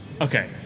okay